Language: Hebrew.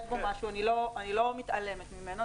אני לא מתעלמת ממנו,